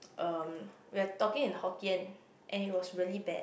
um we're talking in Hokkien and it was really bad